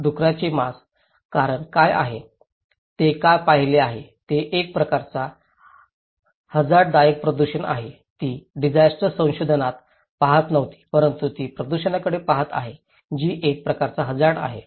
डुकराचे मांस कारण काय आहे ते का पाहिले आहे हे एक प्रकारचा हझार्डदायक प्रदूषण आहे ती डिसास्टर संशोधनात पाहत नव्हती परंतु ती प्रदूषणाकडे पहात आहे जी एक प्रकारचा हझार्ड आहे